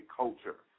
culture